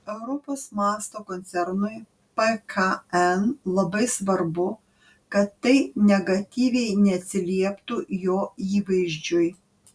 europos mąsto koncernui pkn labai svarbu kad tai negatyviai neatsilieptų jo įvaizdžiui